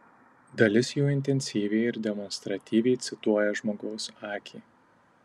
dalis jų intensyviai ir demonstratyviai cituoja žmogaus akį